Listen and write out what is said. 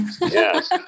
Yes